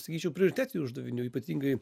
sakyčiau prioritetinių uždavinių ypatingai